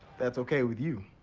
that's ok with you.